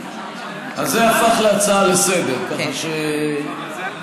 אז זה הפך להצעה לסדר-היום, אז אין בעיה.